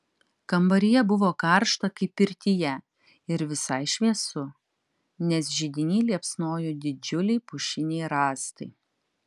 kambaryje buvo karšta kaip pirtyje ir visai šviesu nes židiny liepsnojo didžiuliai pušiniai rąstai